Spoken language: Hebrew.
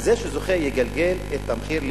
וזה שזוכה יגלגל את המחיר.